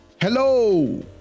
Hello